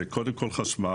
זה קודם כל חשמל,